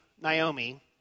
Naomi